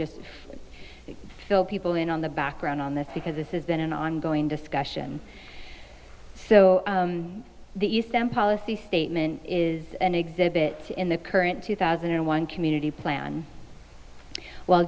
just fill people in on the background on this because this has been an ongoing discussion so the east and policy statement is an exhibit in the current two thousand and one community plan w